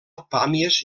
pàmies